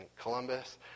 Columbus